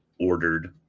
ordered